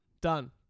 Done